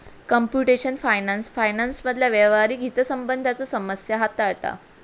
computational finance फायनान्समधला व्यावहारिक हितसंबंधांच्यो समस्या हाताळता